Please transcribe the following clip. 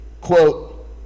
quote